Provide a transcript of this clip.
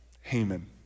Haman